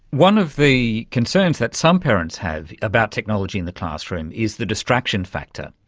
one of the concerns that some parents have about technology in the classroom is the distraction factor.